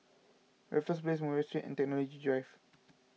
Raffles Place Murray Street and Technology Drive